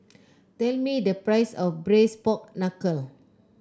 tell me the price of Braised Pork Knuckle